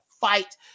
fight